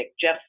Jeff